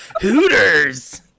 hooters